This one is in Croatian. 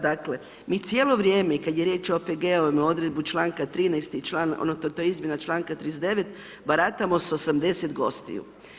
Dakle, mi cijelo vrijeme kad je riječ o OPG-ovima odredbu članka 13., odnosno to je izmjena članka 39., baratamo s 80 gostiju.